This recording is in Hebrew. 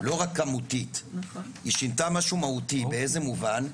לא רק כמותית, היא שינתה משהו מהותי, באיזה מובן?